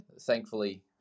Thankfully